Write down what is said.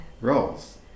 roles